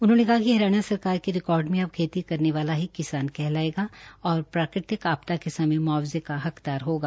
उन्होंने कहा कि हरियाणा सरकार के रिकॉर्ड में अब खेती करने वाला ही किसान कहलायेगा और प्राकृतिक आपदा के समय म्आवजे का हकदार होगा